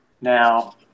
Now